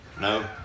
No